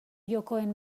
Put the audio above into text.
jokoen